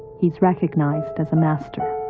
he's recognised as a master.